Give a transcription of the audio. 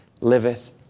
liveth